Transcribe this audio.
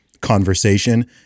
conversation